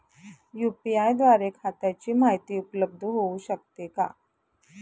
UPI द्वारे खात्याची माहिती उपलब्ध होऊ शकते का?